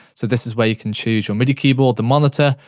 so, this is where you can choose your midi keyboard. the monitor,